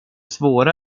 svåra